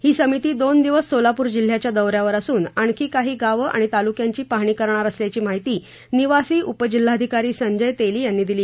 ही समिती दोन दिवस सोलापूर जिल्ह्याच्या दौऱ्यावर आसून आणखी काही गावं आणि तालुक्यांची पाहणी करणार असल्याची माहिती निवासी उपजिल्हाधिकारी संजय तेली यांनी दिली